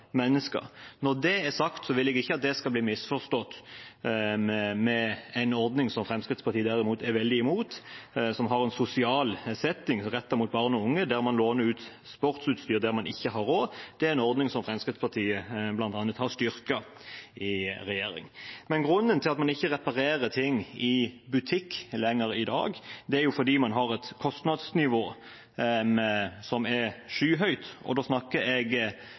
mennesker. Når det er sagt, vil jeg ikke at det skal bli misforstått som at Fremskrittspartiet er imot en ordning som har en sosial innretning rettet mot barn og unge, der man låner ut sportsutstyr til dem som ikke har råd. Det er en ordning som Fremskrittspartiet bl.a. har styrket i regjering. Grunnen til at man ikke reparerer ting i butikk lenger i dag, er jo at man har et kostnadsnivå som er skyhøyt. Da snakker jeg